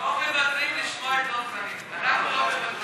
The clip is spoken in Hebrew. חבר הכנסת יוסי יונה, אינו נוכח,